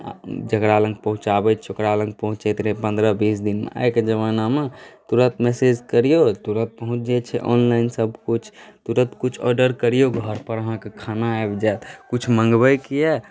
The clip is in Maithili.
जकरा लग पहुँचाबैत छै ओकरा लग पहुँचैत रहै पन्द्रह बीस दिनमे आइके जमानामे तुरन्त मैसेज करियौ तुरन्त पहुँचि जाइत छै ऑनलाइन सभकुछ तुरन्त कुछ ऑडर करियौ घरपर अहाँकेँ खाना आबि जायत किछु मँगबैके यए